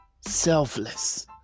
selfless